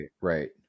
Right